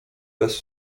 bez